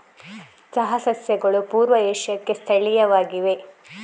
ಚಹಾ ಸಸ್ಯಗಳು ಪೂರ್ವ ಏಷ್ಯಾಕ್ಕೆ ಸ್ಥಳೀಯವಾಗಿವೆ